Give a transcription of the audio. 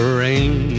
rain